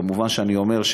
כמובן, אני אומר,